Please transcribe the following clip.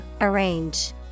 arrange